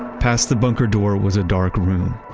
past the bunker door was a dark room.